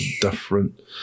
different